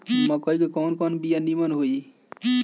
मकई के कवन कवन बिया नीमन होई?